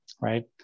Right